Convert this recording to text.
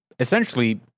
essentially